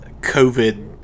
covid